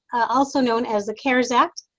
also known as the cares act.